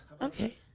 Okay